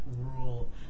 rule